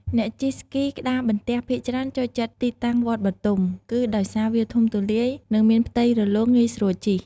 អ្នកជិះស្គីក្ដារបន្ទះភាគច្រើនចូលចិត្តទីតាំងវត្តបទុម គឺដោយសារវាធំទូលាយ និងមានផ្ទៃរលោងងាយស្រួលជិះ។